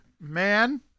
Man